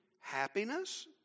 happiness